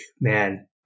man